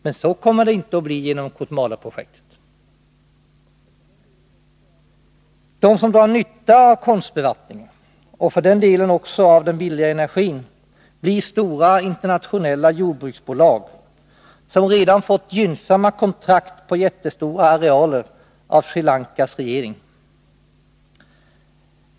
Men så kommer det inte att bli genom Kotmaleprojektet. De som drar nytta av konstbevattningen — och för den delen också av den billiga energin — blir stora internationella jordbruksbolag, som redan fått gynnsamma kontrakt på jättestora arealer av Sri Lankas regering.